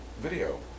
video